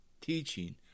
teaching